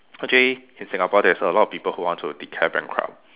actually in Singapore there's a lot people who want to declare bankrupt